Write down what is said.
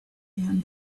him